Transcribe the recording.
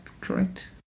correct